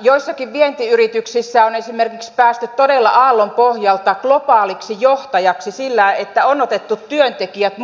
joissakin vientiyrityksissä on esimerkiksi päästy todella aallonpohjalta globaaliksi johtajaksi sillä että on otettu työntekijät